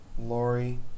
Lori